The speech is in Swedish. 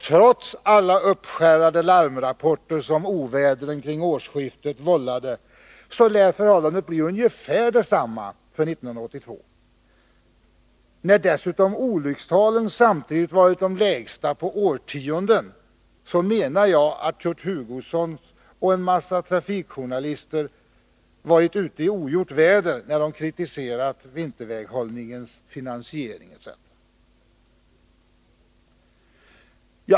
Trots alla uppskärrade larmrapporter, som ovädren kring årsskiftet vållade, lär förhållandet bli ungefär detsamma för 1982. När dessutom olyckstalen samtidigt varit de lägsta på årtionden, så anser jag att Kurt Hugosson och en massa trafikjournalister varit ute i ogjort väder när de kritiserat vinterväghållningens finansiering.